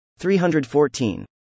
314